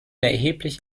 erheblich